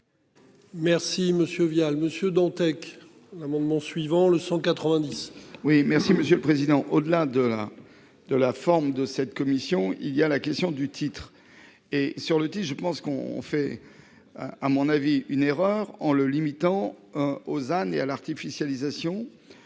Vial, Monsieur Dantec. L'amendement suivant le 190. Oui, merci Monsieur le Président. Au-delà de la de la forme de cette commission, il y a la question du titre et sur le dit je pense qu'on on fait. À mon avis une erreur en le limitant. Ozanne et à l'artificialisation.